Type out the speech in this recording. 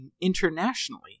internationally